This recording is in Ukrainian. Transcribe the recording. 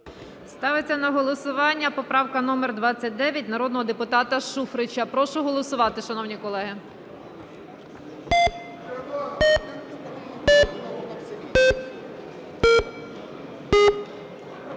Ставиться на голосування поправка номер 29 народного депутата Шуфрича. Прошу голосувати, шановні колеги.